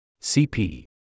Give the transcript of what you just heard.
CP